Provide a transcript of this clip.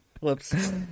Whoops